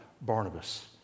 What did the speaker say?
Barnabas